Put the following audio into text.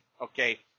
okay